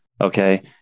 okay